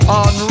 on